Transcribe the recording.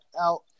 out